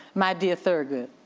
my dear thurgood,